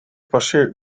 passeer